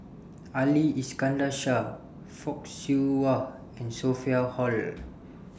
Ali Iskandar Shah Fock Siew Wah and Sophia Hull